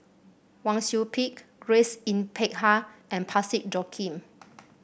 Wang Sui Pick Grace Yin Peck Ha and Parsick Joaquim